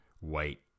white